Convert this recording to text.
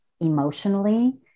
emotionally